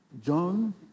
John